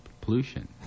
pollution